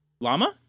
Llama